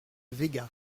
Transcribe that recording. véga